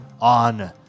on